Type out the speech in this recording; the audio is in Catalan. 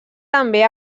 també